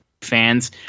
fans